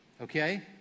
okay